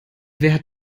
hat